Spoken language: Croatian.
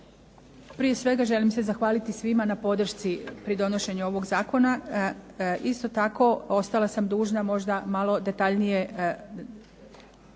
Prije svega želim se zahvaliti svima na podršci pri donošenju ovog zakona. Isto tako, ostala sam dužna možda malo detaljnije